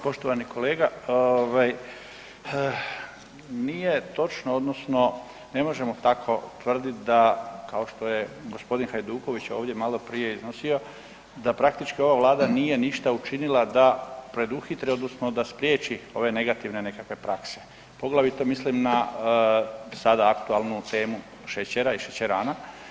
Poštovani kolega, ovaj nije točno odnosno ne možemo tako tvrdit da kao što je g. Hajduković ovdje maloprije iznosio da praktički ova vlada nije ništa učinila da preduhitri odnosno da spriječi ove negativne nekakve prakse, poglavito mislim na sada aktualnu temu šećera i šećerana.